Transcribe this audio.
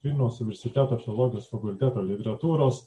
vilniaus universiteto filologijos fakulteto literatūros